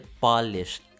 polished